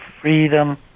freedom